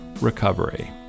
Recovery